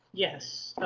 yes. ah,